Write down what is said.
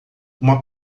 uma